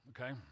okay